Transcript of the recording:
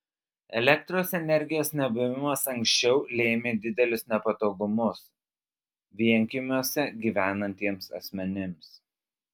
elektros energijos nebuvimas anksčiau lėmė didelius nepatogumus vienkiemiuose gyvenantiems asmenims